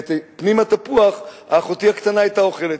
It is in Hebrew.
ואת פנים התפוח אחותי הקטנה היתה אוכלת,